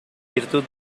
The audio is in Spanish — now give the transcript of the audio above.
virtud